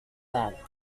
bank